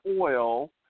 oil